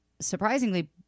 surprisingly